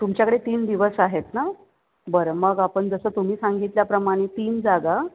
तुमच्याकडे तीन दिवस आहेत ना बरं मग आपण जसं तुम्ही सांगितल्याप्रमाणे तीन जागा